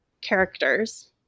characters